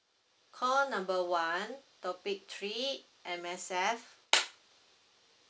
call number one topic three M_S_F